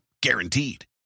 guaranteed